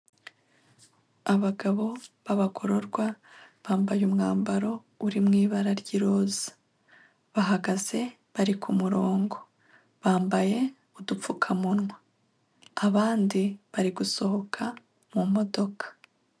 Abagabo b'abagororwa, bambaye umwambaro uri mu ibara ry'iroza. Bahagaze bari ku murongo. Bambaye udupfukamunwa. Abandi bari gusohoka mu modoka.